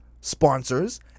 sponsors